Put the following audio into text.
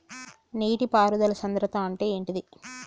నీటి పారుదల సంద్రతా అంటే ఏంటిది?